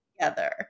together